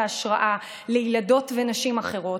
והשראה לילדות ולנשים אחרות.